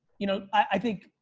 you know, i think,